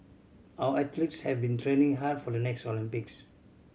our athletes have been training hard for the next Olympics